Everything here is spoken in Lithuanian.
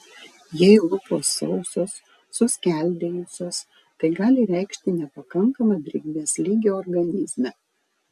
jei lūpos sausos suskeldėjusios tai gali reikšti nepakankamą drėgmės lygį organizme